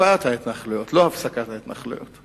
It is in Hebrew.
הקפאת ההתנחלויות, לא הפסקת ההתנחלויות,